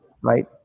Right